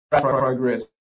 progress